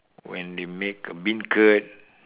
when they made bean curd